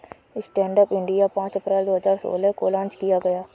stand up India पांच अप्रैल दो हजार सोलह को लॉन्च किया गया